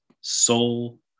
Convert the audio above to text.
soul